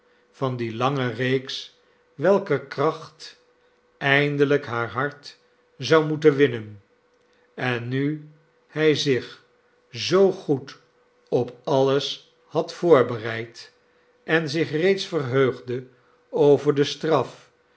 van die lange reeks welker kracht eindelijk haar hart zou moeten winnen en nu hij zich zoo goed op alles had voorbereid en zich reeds verheugde over de straf